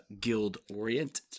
guild-oriented